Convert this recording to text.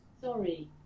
Sorry